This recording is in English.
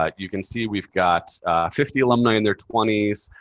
um you can see we've got fifty alumni in their twenty s,